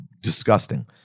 disgusting